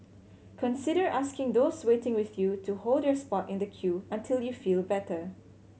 consider asking those waiting with you to hold your spot in the queue until you feel better